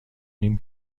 نیم